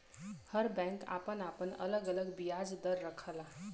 हर bank आपन आपन अलग अलग बियाज दर रखला